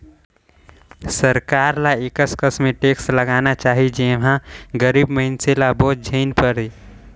सरकार ल एकर कस में टेक्स लगाना चाही जेम्हां गरीब मइनसे ल बोझ झेइन परे